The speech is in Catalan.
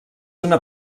una